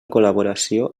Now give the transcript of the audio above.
col·laboració